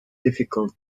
difficult